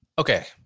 Okay